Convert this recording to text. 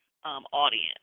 Audience